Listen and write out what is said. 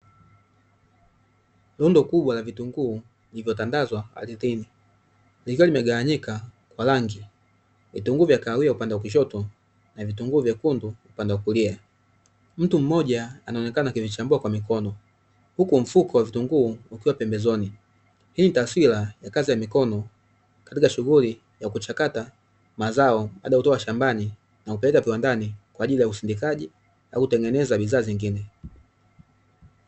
Rundo kubwa la vitunguu liko katikati liko liko limetandazwa ardhini. Liko limegawanyika kwa rangi. Vitunguu vya kahawia upande wa kushoto na vitunguu vyekundu upande wa kulia. Mtu mmoja anaonekana akiishambua kwa mikono huku mfuko wa vitunguu ukiwa pembezoni. Hii ni taswira ya kazi ya mikono katika shughuli ya kuchakata mazao yaliyotoka shambani na kupelekwa viwandani kwa ajili ya usindikaji na kutengeneza bidhaa zingine.